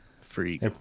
Freak